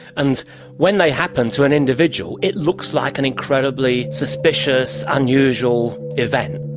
and when they happen to an individual it looks like an incredibly suspicious, unusual event.